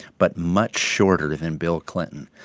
but much shorter than bill clinton.